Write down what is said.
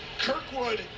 Kirkwood